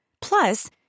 Plus